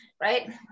Right